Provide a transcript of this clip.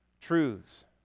truths